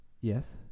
Yes